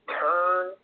turn